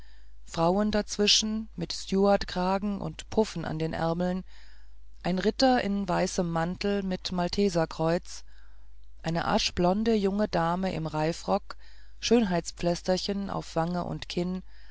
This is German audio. frauen dazwischen mit stuartkragen und puffen an den ärmeln ein ritter in weißem mantel mit malteserkreuz eine aschblonde junge dame im reifrock schönheistpflästerchen auf wange und kinn